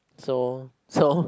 so so